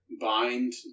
bind